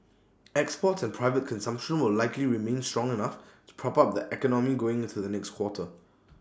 exports and private consumption will likely remain strong enough to prop up the economy going into the next quarter